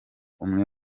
umwe